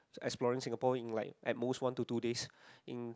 exploring Singapore in like at most one to two days in